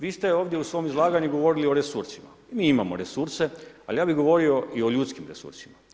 Vi ste ovdje u svom izlaganju govorili o resursima i mi imamo resurse, ali ja bih govorio o ljudskim resursima.